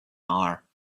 hour